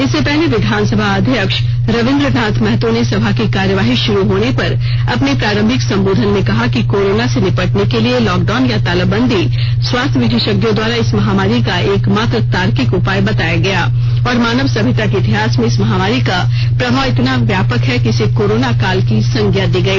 इससे पहले विधानसभा अध्यक्ष रवींद्रनाथ महतो ने सभा की कार्यवाही शुरु होने पर अपने प्रारंभिक संबोधन में कहा कि कोरोनो से निबटने के लिए लॉकडाउन या तालाबंदी स्वास्थ्य विशेषज्ञों द्वारा इस महामारी का एकमात्र तार्किक उपाय बताया गया और मानव सभ्यता के इतिहास में इस महामारी का प्रभाव इतना व्यापक है कि इसे कोरोना काल की संज्ञा दी गई